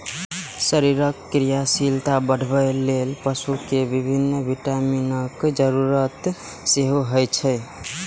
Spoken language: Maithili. शरीरक क्रियाशीलता बढ़ाबै लेल पशु कें विभिन्न विटामिनक जरूरत सेहो होइ छै